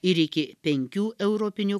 ir iki penkių europinių